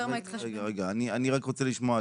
רגע, רגע, אני רק רוצה לשמוע.